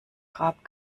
grab